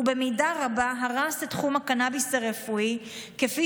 ובמידה רבה הרס את תחום הקנביס הרפואי כפי